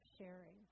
sharing